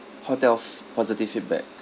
hotel f~ positive feedback